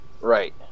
Right